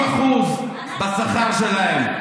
מחר חיילי צה"ל יקבלו תוספת שכר של 50% בשכר שלהם.